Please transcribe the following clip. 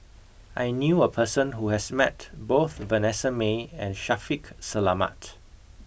I knew a person who has met both Vanessa Mae and Shaffiq Selamat